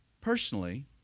Personally